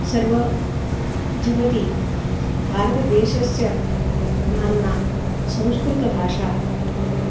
सर्वजगति भारतदेशस्य नाम्ना संस्कृतभाषा